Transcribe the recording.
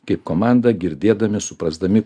kaip komanda girdėdami suprasdami